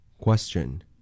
Question